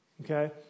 Okay